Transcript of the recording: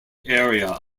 area